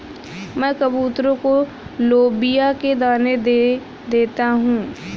मैं कबूतरों को लोबिया के दाने दे देता हूं